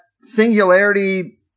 singularity